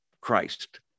Christ